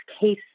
case